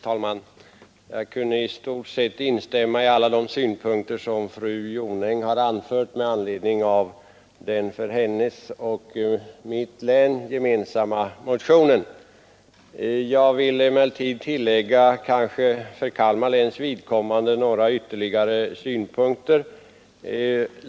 Herr talman! Jag kunde i stort sett instämma i alla de synpunkter som fru Jonäng anfört med anledning av den för hennes och mitt län gemensamma motionen. Jag vill emellertid för Kalmar läns vidkommande tillägga några synpunkter.